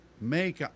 make